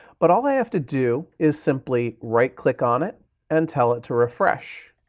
but all i have to do is simply right click on it and tell it to refresh.